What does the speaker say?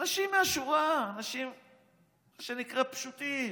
אנשים מהשורה, מה שנקרא פשוטים.